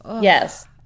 Yes